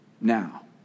now